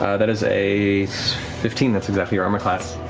that is a fifteen, that's exactly your armor class.